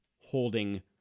holding